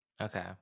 Okay